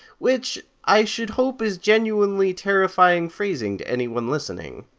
which, i should hope, is genuinely terrifying phrasing to everyone listening.